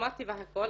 למדתי והכל,